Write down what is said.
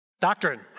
Doctrine